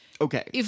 Okay